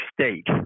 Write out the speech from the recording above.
State